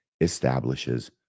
establishes